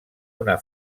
una